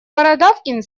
бородавкин